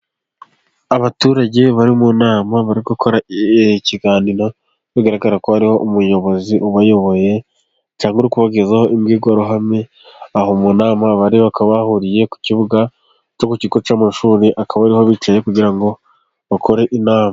Abaturage bari mu nama bari gukora ikiganiro. Bigaragara ko hariho umuyobozi ubayoboye, cyangwa uri kubagezaho imbwirwaruhame. Aho mu nama bari bakaba bahuriye ku kibuga cyo mu kigo cy'amashuri, akaba ariho bicaye kugira ngo bakore inama.